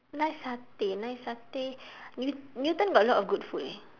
nice satay nice satay new~ newton got a lot of good food eh